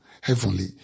heavenly